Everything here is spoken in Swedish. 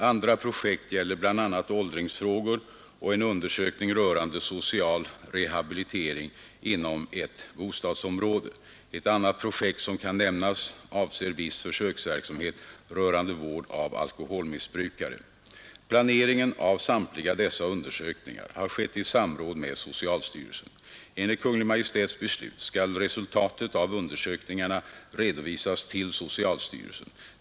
Andra projekt gäller bl.a. åldringsfrågor och en undersökning rörande social rehabilitering inom ett bostadsområde. Ett annat projekt som kan nämnas avser viss försöksverksamhet rörande vård av alkoholmissbrukare. Planeringen av samtliga dessa undersökningar har skett i samråd med socialstyrelsen. Enligt Kungl. Maj:ts beslut skall resultatet av undersökningarna redovisas till socialstyrelsen.